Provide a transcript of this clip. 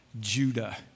Judah